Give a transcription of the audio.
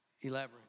Elaborate